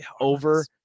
over